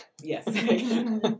Yes